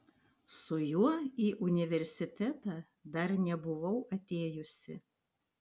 su juo į universitetą dar nebuvau atėjusi